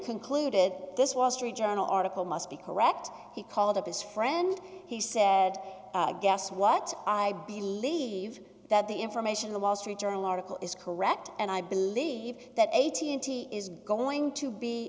concluded this wall street journal article must be correct he called up his friend he said guess what i believe that the information the wall street journal article is correct and i believe that eighteen is going to be